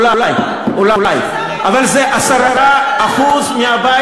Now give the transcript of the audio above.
מי שיקבע מה האינטרס הישראלי זה האזרח הישראלי,